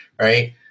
Right